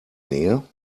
nähe